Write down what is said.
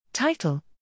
Title